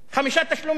חמישה תשלומים.